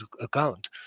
account